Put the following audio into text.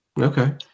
okay